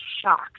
shocked